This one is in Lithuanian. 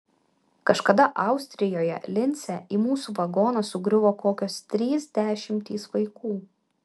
kažkada austrijoje lince į mūsų vagoną sugriuvo kokios trys dešimtys vaikų